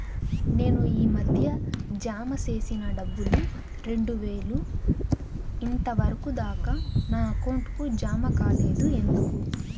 నేను ఈ మధ్య జామ సేసిన డబ్బులు రెండు వేలు ఇంతవరకు దాకా నా అకౌంట్ కు జామ కాలేదు ఎందుకు?